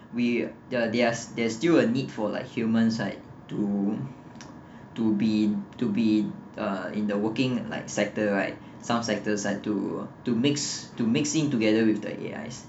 we uh there there are still a need for like humans right to to be to be uh in the working like sector right some sectors have to to mix to mix in together with the A_Is